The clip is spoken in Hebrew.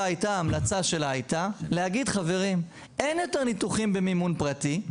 הייתה שאין יותר ניתוחים במימון פרטי,